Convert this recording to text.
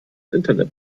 internet